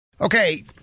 Okay